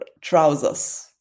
trousers